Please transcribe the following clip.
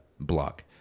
block